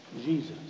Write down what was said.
Jesus